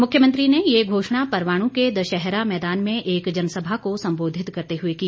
मुख्यमंत्री ने ये घोषणा परवाणू के दशहरा मैदान में एक जनसभा को सम्बोधित करते हुए की